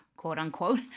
quote-unquote